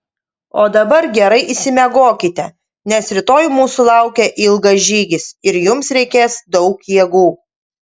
o dabar gerai išsimiegokite nes rytoj mūsų laukia ilgas žygis ir jums reikės daug jėgų